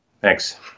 Thanks